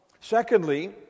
Secondly